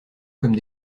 comme